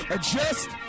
Adjust